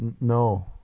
No